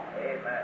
Amen